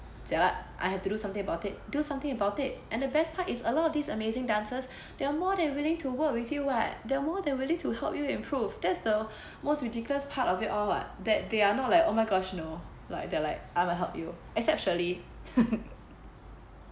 jialat I have to do something about it do something about it and the best part is a lot of these amazing dancers they're more than willing to work with you [what] they're more than willing to help you improve that's the most ridiculous part of it all [what] that they're not like oh my gosh no like they're like I won't help you except shirley